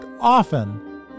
often